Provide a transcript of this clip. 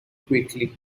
quickly